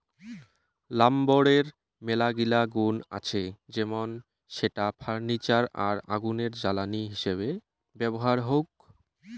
লাম্বরের মেলাগিলা গুন্ আছে যেমন সেটা ফার্নিচার আর আগুনের জ্বালানি হিসেবে ব্যবহার হউক